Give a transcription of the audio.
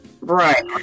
right